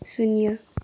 शून्य